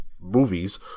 movies